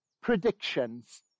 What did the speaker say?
predictions